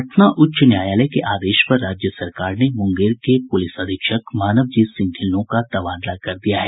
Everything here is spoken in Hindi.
पटना उच्च न्यायालय के आदेश पर राज्य सरकार ने मुंगेर के पुलिस अधीक्षक मानवजीत सिंह ढिल्लो का तबादला कर दिया है